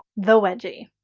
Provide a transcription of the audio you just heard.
the wedgie.